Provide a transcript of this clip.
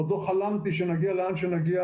עוד לא חלמתי שנגיע לאן שנגיע